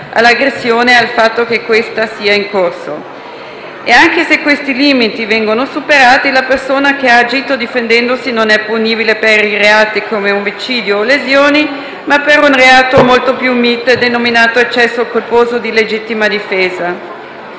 all'aggressione e al fatto che questa sia in corso. E anche se questi limiti vengono superati, la persona che ha agito difendendosi è punibile non per i reati come omicidio o lesioni, ma per un reato molto più mite, denominato eccesso colposo di legittima difesa.